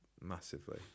massively